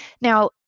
Now